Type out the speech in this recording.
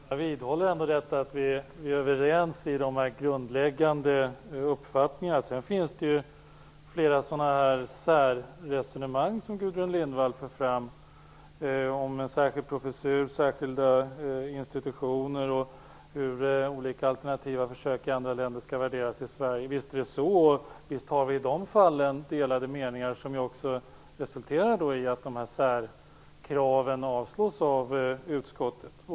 Herr talman! Jag vidhåller ändå att vi är överens i de grundläggande uppfattningarna. Sedan finns det ju flera särresonemang som Gudrun Lindvall för fram om en särskild professur, särskilda institutioner och hur olika alternativa försök i andra länder skall värderas i Sverige. Visst har vi i de fallen delade meningar som också resulterar i att särkraven avstyrks av utskottet.